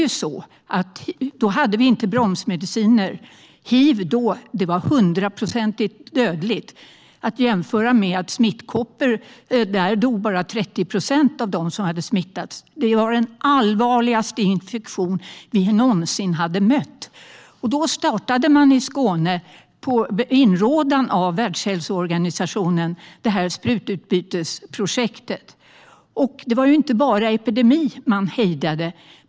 På den tiden hade vi inga bromsmediciner. Hiv var då 100 procent dödligt. Det var den allvarligaste infektion vi någonsin hade mött. Om vi jämför med smittkoppor så var det bara 30 procent som dog av dem som hade smittats av det. Då startade man i Skåne på inrådan av Världshälsoorganisationen sprututbytesprojektet. Det var inte bara epidemi man hejdade.